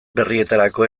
berrietarako